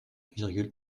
virgule